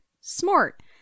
Smart